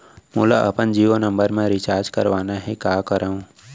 मोला अपन जियो नंबर म रिचार्ज करवाना हे, का करव?